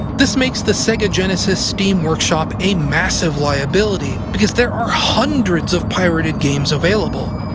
this makes the sega genesis steam workshop a massive liability, because there are hundreds of pirated games available.